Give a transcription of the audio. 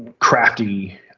crafty